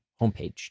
homepage